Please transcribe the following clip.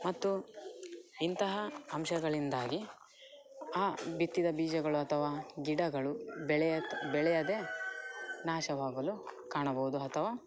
ಮತ್ತು ಇಂತಹ ಅಂಶಗಳಿಂದಾಗಿ ಆ ಬಿತ್ತಿದ ಬೀಜಗಳು ಅಥವಾ ಗಿಡಗಳು ಬೆಳೆಯ ಬೆಳೆಯದೆ ನಾಶವಾಗಲು ಕಾಣಬೋದು ಅಥವಾ